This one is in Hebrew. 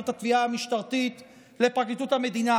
את התביעה המשטרתית לפרקליטות המדינה,